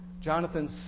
Jonathan